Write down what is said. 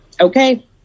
okay